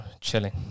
Chilling